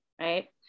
right